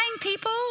people